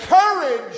courage